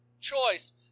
choice